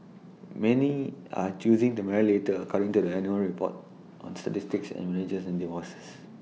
many are choosing to marry later according to the annual report on statistics on marriages and divorces